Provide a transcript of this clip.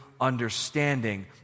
understanding